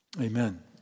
Amen